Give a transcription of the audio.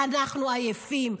אנחנו עייפים,